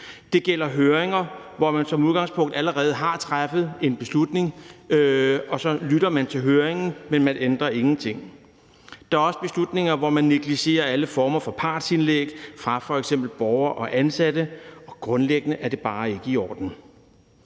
Det gælder høringer, hvor man som udgangspunkt allerede har truffet en beslutning: Så lytter man til høringen, men man ændrer ingenting. Der er også beslutninger, hvor man negligerer alle former for partsindlæg fra f.eks. borgere og ansatte, og grundlæggende er det bare ikke i orden.